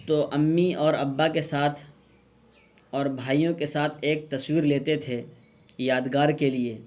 تو امی اور ابا کے ساتھ اور بھائیوں کے ساتھ ایک تصویر لیتے تھے یادگار کے لیے